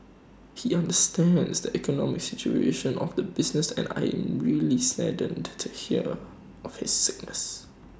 he understands the economic situation of the businesses and I'm really saddened to hear of his sickness